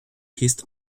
christ